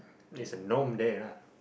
there's a norm there lah